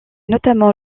notamment